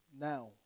now